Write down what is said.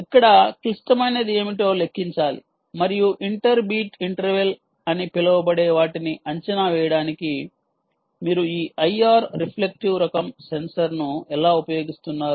అక్కడ క్లిష్టమైనది ఏమిటో లెక్కించాలి మరియు ఇంటర్ బీట్ ఇంటర్వెల్ అని పిలవబడే వాటిని అంచనా వేయడానికి మీరు ఈ ఐఆర్ రిఫ్లెక్టివ్ రకం సెన్సార్ను ఎలా ఉపయోగిస్తున్నారు